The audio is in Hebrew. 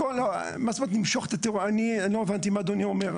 מה זאת אומרת למשוך לא הבנתי למה אדוני מתכוון.